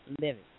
living